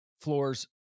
floors